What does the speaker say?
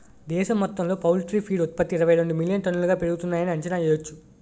దేశం మొత్తంలో poultry feed ఉత్త్పతి ఇరవైరెండు మిలియన్ టన్నులుగా పెరుగుతున్నాయని అంచనా యెయ్యొచ్చు